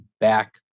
back